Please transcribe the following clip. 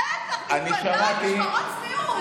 בטח, אני יודעת, משמרות צניעות.